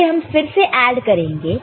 उसे हम फिर से ऐड करेंगे